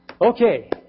Okay